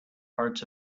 hearts